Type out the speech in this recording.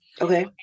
Okay